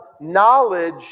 knowledge